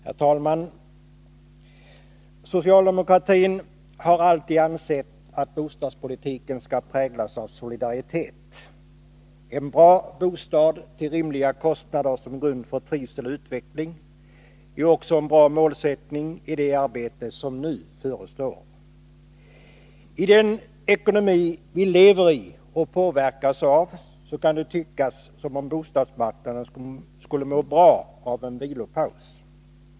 Herr talman! Socialdemokratin har alltid ansett att bostadspolitiken skall präglas av solidaritet. En bra bostad till rimliga kostnader som grund för trivsel och utveckling är också en bra målsättning i det arbete som nu förestår. I den ekonomi som vi lever i och påverkas av kan det tyckas som om bostadsmarknaden skulle må bra av en vilopaus.